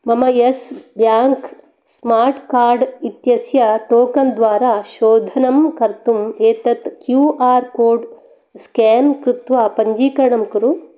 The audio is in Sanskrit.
मम येस् ब्याङ्क् स्मार्ट् कार्ड् इत्यस्य टोकन् द्वारा शोधनं कर्तुम् एतत् क्यू आर् कोड् स्केन् कृत्वा पञ्जीकरणं कुरु